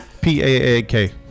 p-a-a-k